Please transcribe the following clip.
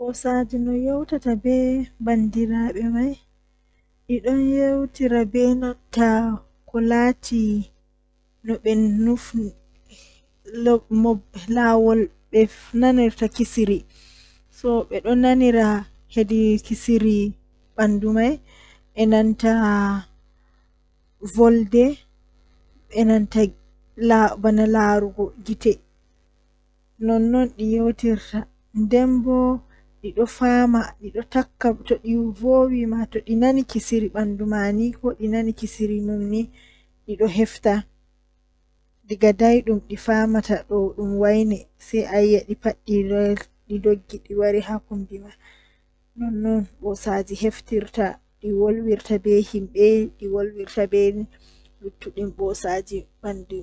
Tomi lori baawo ɗuuɓi hamsin mi daran mi yecca be dow ɗobe duɓiiji warande ndandanda ko fe'ata, Ngamman ndikka be Dara kala ko milari banda damuwa haa yeso pat mi yecca ɓe ndikka ɓe waɗa ni taawaɗe ni ngam to on waɗi ni ɗo be wakkati kaza wawan warta huunde feere.